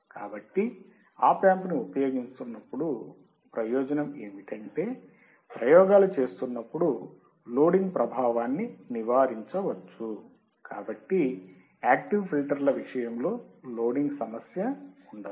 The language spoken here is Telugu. కాబట్టి ఆప్ యాంప్ ని ఉపయోగిస్తున్నప్పుడు ప్రయోజనం ఏమిటంటే ప్రయోగాలు చేస్తున్నప్పుడు లోడింగ్ ప్రభావాన్ని నివారించవచ్చు కాబట్టి యాక్టివ్ ఫిల్టర్ల విషయంలో లోడింగ్ సమస్య ఉండదు